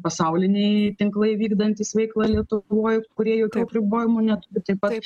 pasauliniai tinklai vykdantys veiklą lietuvoj kurie jokių apribojimų neturi taip pat